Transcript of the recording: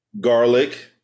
garlic